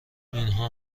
اینها